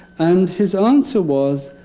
and his answer was,